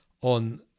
on